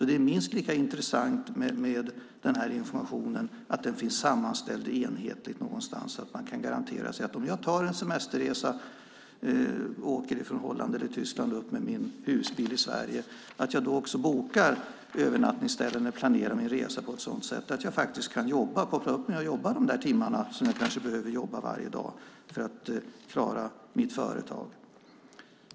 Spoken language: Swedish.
Det är minst lika intressant att informationen finns sammanställd enhetligt någonstans när man åker på semester från Holland eller Tyskland med en husbil till Sverige. Man ska då kunna övernatta och planera sin resa så att man kan koppla upp sig och jobba de timmar som man kanske behöver varje dag för att klara sitt företag.